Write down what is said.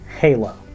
Halo